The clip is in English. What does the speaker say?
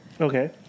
Okay